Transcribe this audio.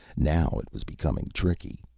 now it was becoming tricky.